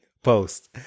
Post